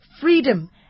freedom